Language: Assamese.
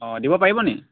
অঁ দিব পাৰিবনি